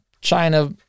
China